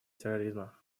терроризма